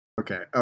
Okay